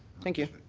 thank you.